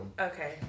Okay